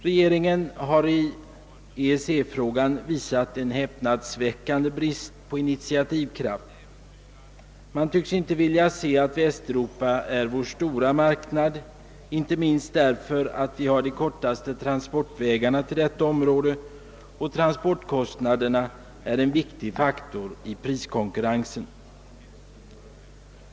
Regeringen har i EEC-frågan visat en häpnadsväckande brist på initiativkraft. Man tycks inte vilja inse att Västeuropa är vår stora marknad, inte minst på grund av att vi har de kortaste transportvägarna till detta område; transportkostnaderna är ju en viktig faktor i priskonkurrensen.